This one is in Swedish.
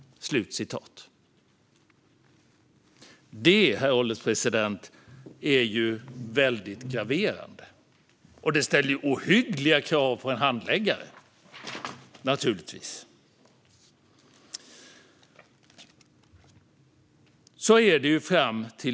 Detta är graverande och ställer givetvis ohyggliga krav på en handläggare. Så är det än i dag.